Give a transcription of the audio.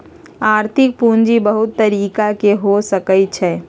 आर्थिक पूजी बहुत तरिका के हो सकइ छइ